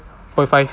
upon five